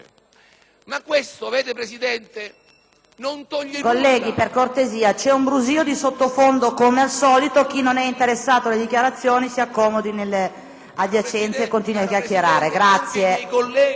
Ma questo, signora Presidente, non toglie nulla...